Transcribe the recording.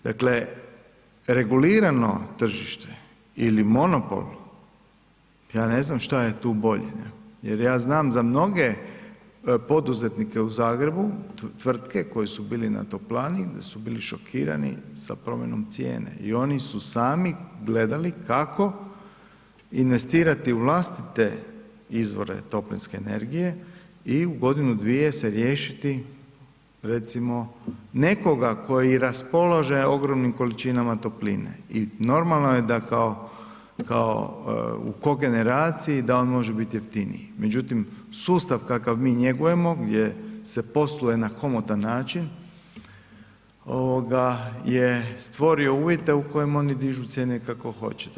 Dakle regulirano tržište ili monopol, ja ne znam šta je tu bolje jer ja znam za mnoge poduzetnike u zagrebu, tvrtke koji su bili na toplani jer su bili šokirani sa promjenom cijene i oni su sami gledali kako investirati u vlastite izvore toplinske energije i u godinu, dvije se riješiti recimo nekoga koji raspolaže ogromni količinama topline i normalno je da kao u kogeneraciji da on može biti jeftiniji međutim sustav kakav mi njegujemo, gdje se posluje na komotan način je stvorio uvjete u kojima oni dižu cijene kako hoćete.